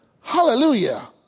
Hallelujah